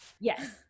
yes